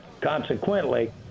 Consequently